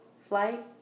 flight